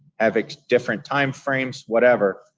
have a different time frames, whatever.